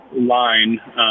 line